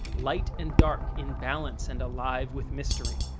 light and dark in balance and alive with mystery.